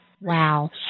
Wow